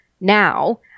now